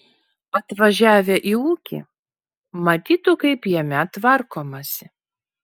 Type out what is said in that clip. atvažiavę į ūkį matytų kaip jame tvarkomasi